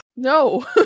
No